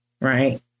Right